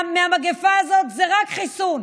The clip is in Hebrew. מהמגפה הזאת זה רק חיסון.